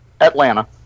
atlanta